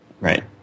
Right